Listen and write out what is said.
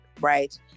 right